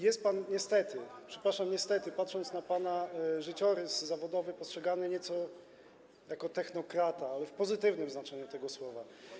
Jest pan niestety, przepraszam, niestety, gdy się patrzy na pana życiorys zawodowy, postrzegany nieco jako technokrata, ale w pozytywnym znaczeniu tego słowa.